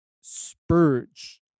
spurge